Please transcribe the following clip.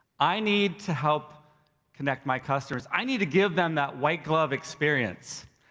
i need to help connect my customers. i need to give them that white glove experience.